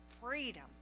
freedom